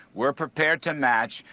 we are prepared to match.